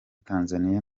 tanzaniya